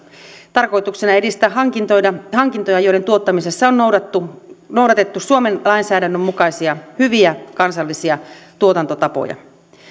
tarkoituksena on edistää hankintoja hankintoja joiden tuottamisessa on noudatettu noudatettu suomen lainsäädännön mukaisia hyviä kansallisia tuotantotapoja